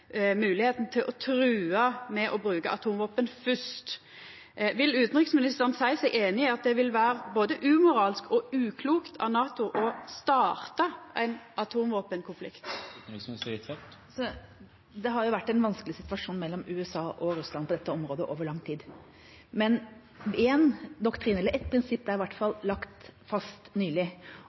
til å trua med å bruka atomvåpen fyrst. Vil utanriksministeren seia seg einig i at det vil vera både umoralsk og uklokt av NATO å starta ein atomvåpenkonflikt? Det har vært en vanskelig situasjon mellom USA og Russland på dette området over lang tid. Men ett prinsipp er i hvert fall lagt fast